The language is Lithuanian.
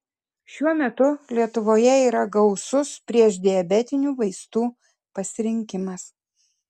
šiuo metu lietuvoje yra gausus priešdiabetinių vaistų pasirinkimas